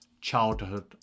childhood